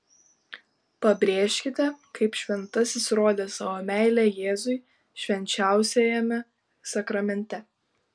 pabrėžkite kaip šventasis rodė savo meilę jėzui švenčiausiajame sakramente